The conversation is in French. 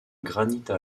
granite